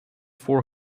four